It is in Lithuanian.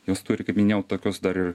jos turi kaip minėjau tokius dar